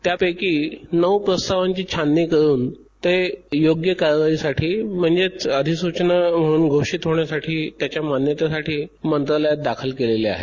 त्यापैकी नऊ प्रस्तावांची छाननी करून ते योग्य कारवाईसाठी म्हणजेच अधिसूचना म्हणून घोषित होण्यासाठी त्याच्या मान्यतेसाठी मंत्रालयात दाखल केलेले आहेत